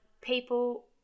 people